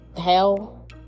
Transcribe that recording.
hell